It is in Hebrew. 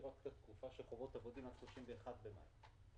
חובות אבודים עד 31 במאי.